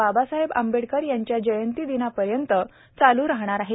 बाबासाहेब आंबेडकर यांच्या जयंतीदिनापर्यंत चालू राहणार आहे